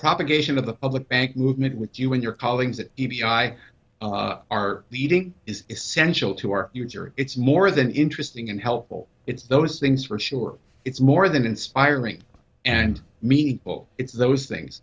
propagation of the public bank movement with you and your colleagues e p i are leading is essential to our it's more than interesting and helpful it's those things for sure it's more than inspiring and me it's those things